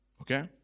Okay